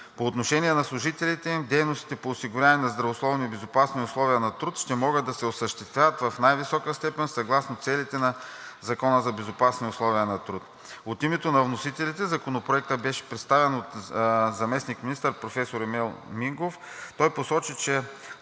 По отношение на служителите им дейностите по осигуряване на здравословни и безопасни условия на труд ще могат да се осъществяват в най-висока степен съгласно целите на Закона за безопасни условия на труд. От името на вносителите Законопроектът бе представен от заместник-министър професор Емил Мингов. Той посочи, че